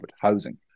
housing